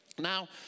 Now